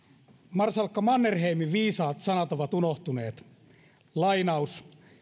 marsalkka mannerheimin viisaat sanat ovat unohtuneet